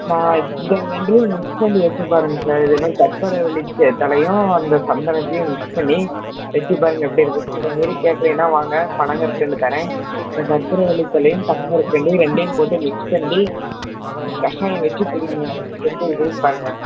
நான் இந்த ரெண்டையும் மிக்ஸ் பண்ணி வச்சுப் பாருங்கள் சார் இது என்ன கற்பூரவல்லி சே தலையும் அந்த சந்தனத்தையும் மிக்ஸ் பண்ணி வச்சுப் பாருங்கள் எப்படி இருக்குன்னு அதை மீறி கேட்கலைன்னா வாங்க பனங்கற்கண்டு தரேன் இந்த கற்பூரவல்லி தலையும் பனங்கற்கண்டையும் ரெண்டையும் போட்டு மிக்ஸ் பண்ணி கஷாயம் வச்சு குடிங்க எப்படி இருக்குதுன்னு பாருங்கள்